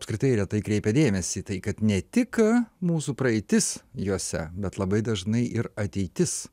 apskritai retai kreipia dėmesį tai kad ne tik ką mūsų praeitis juose bet labai dažnai ir ateitis